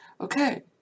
okay